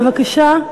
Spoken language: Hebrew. בבקשה.